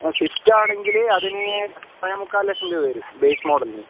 ആ സ്വിഫ്റ്റ് ആണെങ്കിൽ അതിന് മുന്നേ മുക്കാൽ ലക്ഷം രൂപ വരും ബേസ് മോഡലിന്